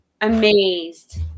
amazed